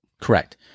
Correct